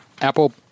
Apple